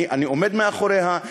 אני עומד מאחוריה,